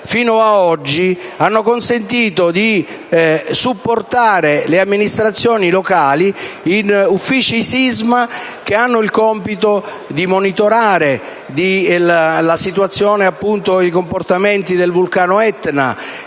fino ad oggi, hanno consentito di supportare le amministrazioni locali nei cosiddetti uffici sisma che hanno il compito di monitorare la situazione e i comportamenti del vulcano Etna,